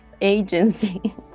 agency